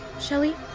Shelly